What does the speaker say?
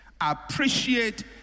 appreciate